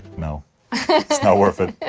no, it's not worth it.